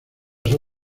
son